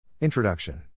Introduction